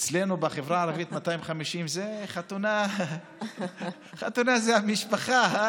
אצלנו בחברה הערבית 250 זה חתונה, חתונה זה משפחה.